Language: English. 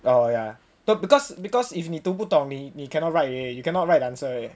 oh yeah but because because if 你读不懂你你 you cannot write already you cannot right answer already